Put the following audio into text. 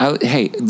Hey